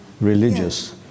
religious